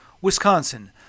Wisconsin